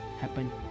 happen